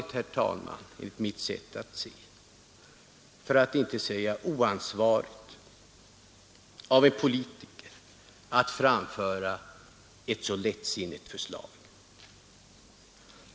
Det är enligt mitt sätt att se oförklarligt för att inte säga oansvarigt av en politiker att framföra ett så lättsinnigt förslag.